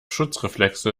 schutzreflexe